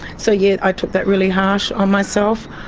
so yes, i took that really harsh on myself,